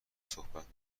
صحبت